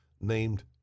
named